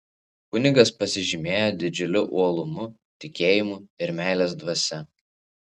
kunigas pasižymėjo didžiuliu uolumu tikėjimu ir meilės dvasia